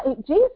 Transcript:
Jesus